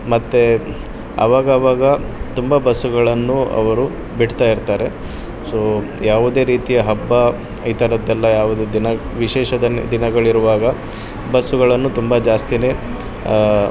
ಮತ್ತು ಅವಾಗವಾಗ ತುಂಬ ಬಸ್ಸುಗಳನ್ನು ಅವರು ಬಿಡ್ತಾಯಿರ್ತಾರೆ ಸೊ ಯಾವುದೇ ರೀತಿಯ ಹಬ್ಬ ಈ ಥರದ್ದೆಲ್ಲ ಯಾವುದು ದಿನ ವಿಶೇಷದಲ್ಲಿ ದಿನಗಳಿರುವಾಗ ಬಸ್ಸುಗಳನ್ನು ತುಂಬ ಜಾಸ್ತಿನೆ